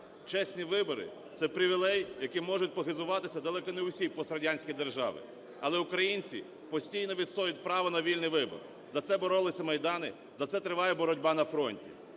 Чесні вибори – це привілей, яким можуть похизуватися далеко не всі пострадянські держави. Але українці постійно відстоюють право на вільний вибір, за це боролися майдани, за це триває боротьба на фронті.